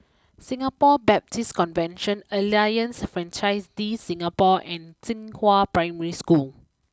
Singapore Baptist Convention Alliance Francaise De Singapour and Xinghua Primary School